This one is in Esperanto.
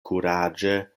kuraĝe